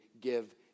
Give